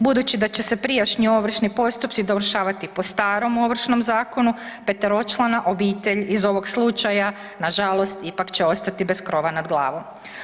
Budući da će se prijašnji ovršni postupci dovršavati po starom Ovršnom zakonu, 5-člana obitelj iz ovog slučaja nažalost ipak će ostati bez krova nad glavom.